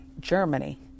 Germany